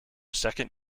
second